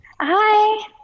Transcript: Hi